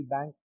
Bank